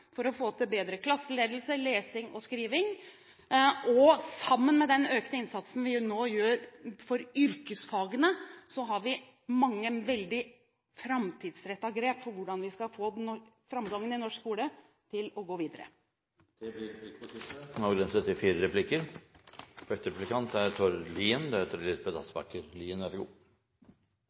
for å få til bedre klasseledelse, lesing og skriving. Sammen med den økte innsatsen vi nå gjør for yrkesfagene, har vi mange framtidsrettede grep for hvordan vi fortsatt skal få framgang i norsk skole. Det blir replikkordskifte. La meg begynne med å takke statsråden for samarbeidet de siste fire årene. Jeg gratulerer med at statsråden endelig fant penger til teknologibygget på HiST. Det er